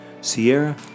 Sierra